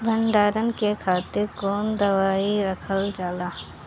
भंडारन के खातीर कौन दवाई रखल जाला?